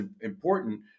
important